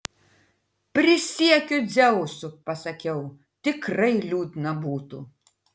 prisiekiu dzeusu pasakiau tikrai liūdna būtų